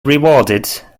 rewarded